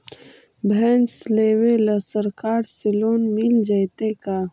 भैंस लेबे ल सरकार से लोन मिल जइतै का?